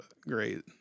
great